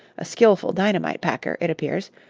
a skilful dynamite-packer, it appears,